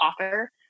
author